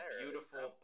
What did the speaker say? beautiful